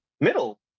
middle